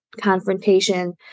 confrontation